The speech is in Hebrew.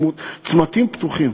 צמתים פתוחים.